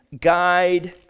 guide